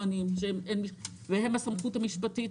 הם הסמכות המשפטית,